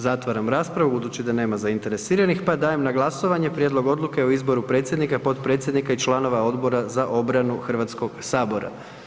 Zatvaram raspravu budući da nema zainteresiranih, pa dajem na glasovanje Prijedlog Odluke o izboru predsjednika, potpredsjednika i članova Odbora za obranu Hrvatskog sabora.